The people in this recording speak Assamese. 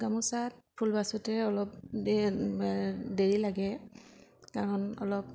গামোচাত ফুল বাচোঁতে অলপ দেৰি লাগে কাৰণ অলপ